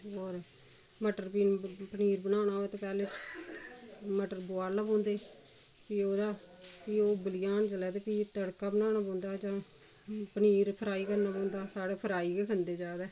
होर मटर पनीर पनीर बनाना होऐ ते पैह्ले मटर बुआलने पौंदे फ्ही ओह्दा फ्ही ओह् उब्बली जान जेल्लै ते फ्ही तड़का बनाना पौंदा जां पनीर फ्राई करना पौंदा साढ़ै फ्राई गै खंदे ज्यादा